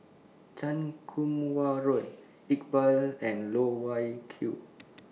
Chan Kum Wah Roy Iqbal and Loh Wai Kiew